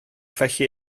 felly